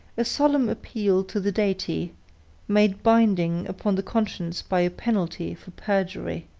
a solemn appeal to the deity, made binding upon the conscience by a penalty for perjury.